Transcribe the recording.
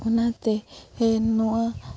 ᱚᱱᱟᱛᱮ ᱦᱮᱱ ᱱᱚᱣᱟ